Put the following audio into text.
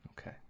Okay